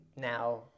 now